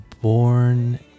born